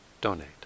donate